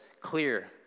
clear